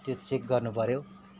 त्यो चेक गर्न पऱ्यो